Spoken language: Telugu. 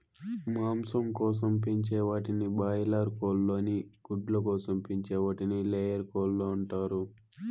మాంసం కోసం పెంచే వాటిని బాయిలార్ కోళ్ళు అని గుడ్ల కోసం పెంచే వాటిని లేయర్ కోళ్ళు అంటారు